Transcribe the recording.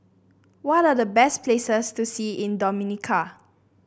what are the best places to see in Dominica